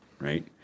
right